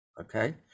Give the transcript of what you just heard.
Okay